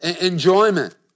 enjoyment